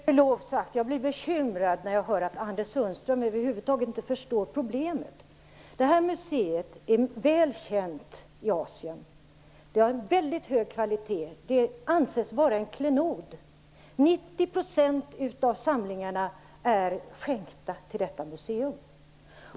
Herr talman! Med förlov sagt blir jag bekymrad när jag hör att Anders Sundström över huvud taget inte förstår problemet. Detta museum är väl känt i Asien. Det har väldigt hög kvalitet och anses vara en klenod. 90 % av samlingarna har skänkts till muséet.